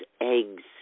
eggs